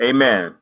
Amen